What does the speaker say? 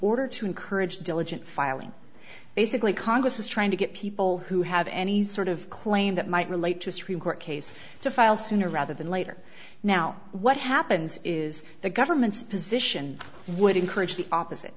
order to encourage diligent filing basically congress is trying to get people who have any sort of claim that might relate to a supreme court case to file sooner rather than later now what happens is the government's position would encourage the opposite